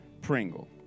pringle